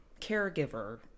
caregiver